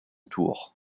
tour